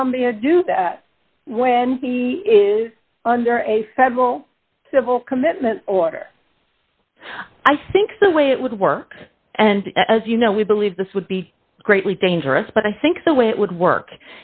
columbia do that when he is under a federal civil commitment order i think the way it would work and as you know we believe this would be greatly dangerous but i think the way it would work